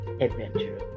Adventure